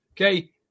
Okay